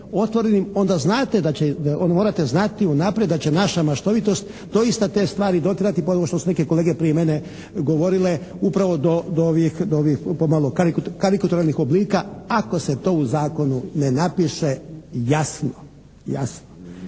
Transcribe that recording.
da će, onda morate znati unaprijed da će naša maštovitost doista te stvari dotjerati pa evo što su neke kolege prije mene govorili, upravo do ovih pomalo … /Ne razumije se./ … oblika ako se to u zakonu ne napiše jasno.